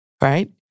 right